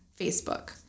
Facebook